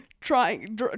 trying